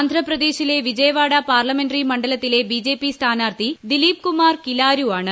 ആന്ധ്രാപ്രദേശിലെ വിജയവാഡ പാർലമെൻറി മണ്ഡലത്തിൽ നിന്ന് ബി ജെ പി സ്ഥാനാർത്ഥി ദിലീപ് കുമാർ കിലാരു ആണ്